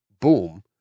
boom